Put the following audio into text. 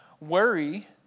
worry